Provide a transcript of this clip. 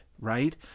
right